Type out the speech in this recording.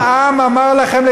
העם אמר לכם,